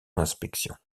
l’inspection